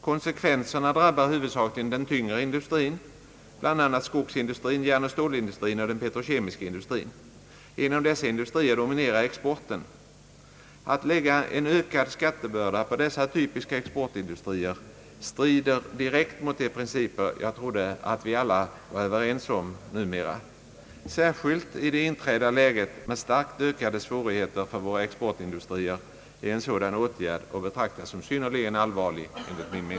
Konsekvenserna drabbar huvudsakligen den tyngre industrin, bl.a. skogsindustrin, järnoch stålindustrin och den petrokemiska industrin. Inom dessa industrier dominerar exporten, Att lägga en ökad skattebörda på dessa typiska exportindustrier strider direkt mot principer som jag trodde att vi alla var överens om numera. Särskilt i det inträdda läget med starkt ökade svårigheter för våra exportindustrier är en sådan åtgärd att betrakta som synnerligen allvarlig.